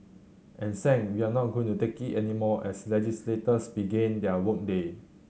and Sang we're not going to take it anymore as legislators began their work day